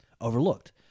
overlooked